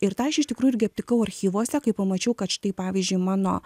ir tą aš tikrųjų irgi aptikau archyvuose kai pamačiau kad štai pavyzdžiui mano